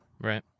right